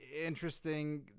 interesting